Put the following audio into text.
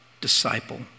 disciple